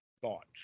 thoughts